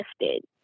lifted